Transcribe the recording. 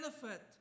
benefit